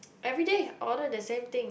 everyday order the same thing